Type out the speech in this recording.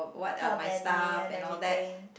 tell daddy and everything